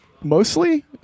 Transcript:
mostly